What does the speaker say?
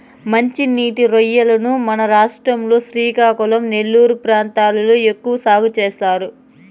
మంచి నీటి రొయ్యలను మన రాష్ట్రం లో శ్రీకాకుళం, నెల్లూరు ప్రాంతాలలో ఎక్కువ సాగు చేస్తారు